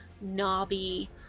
knobby